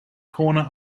corner